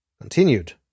continued